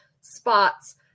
spots